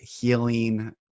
healing